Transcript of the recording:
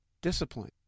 discipline